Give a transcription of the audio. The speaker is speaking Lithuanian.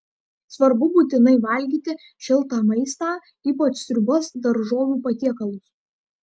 svarbu būtinai valgyti šiltą maistą ypač sriubas daržovių patiekalus